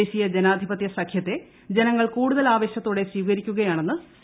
ദേശീയ ജനാധിപത്യ സഖ്യത്തെ ജനങ്ങൾ കൂടുതൽ ആവേശത്തോടെ സ്വീകരിക്കുകയാണെന്ന് സി